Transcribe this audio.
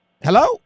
Hello